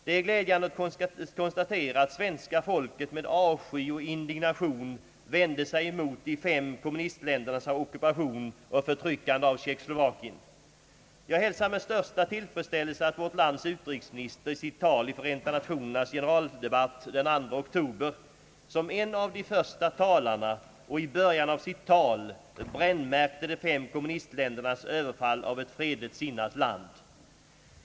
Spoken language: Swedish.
Det är glädjande att konstatera att svenska folket med avsky och indignation vände sig mot de fem kommunistländernas ockupation och förtryckande av Tjeckoslovakien. Jag hälsar med största tillfredsställelse att vårt lands utrikesminister i sitt tal i Förenta Nationernas generaldebatt den 2 oktober, som en av de första talarna och i början av sitt tal, brännmärkte de fem kommunistländernas överfall av ett fredligt sinnat land.